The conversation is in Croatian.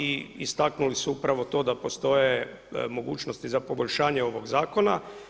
I istaknuli su upravo to da postoje mogućnosti za poboljšanje ovog zakona.